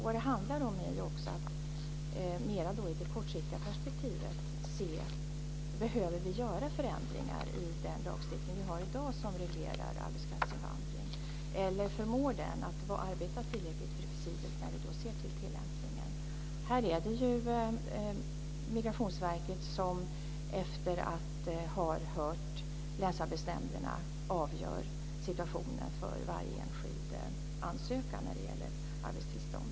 Vad det handlar om är ju också att mera i det kortsiktiga perspektivet se efter om det behövs förändringar i den lagstiftning som vi har i dag som reglerar arbetskraftsinvandring, eller om den är tillräcklig för att man ska kunna arbeta flexibelt när det gäller tillämpningen. Det är Migrationsverket som, efter att man har hört efter med länsarbetsnämnderna, avgör varje enskild ansökan om arbetstillstånd.